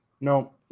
No